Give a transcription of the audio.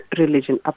religion